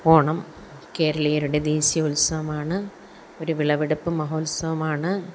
ഓണം കേരളീയരുടെ ദേശീയ ഉത്സവമാണ് ഒരു വിളവെടുപ്പ് മഹോത്സവമാണ്